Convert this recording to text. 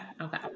okay